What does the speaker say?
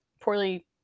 poorly